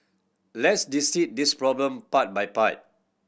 let's dissect this problem part by part